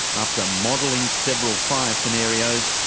after modelling several fire scenarios,